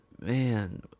man